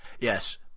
Yes